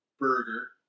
Burger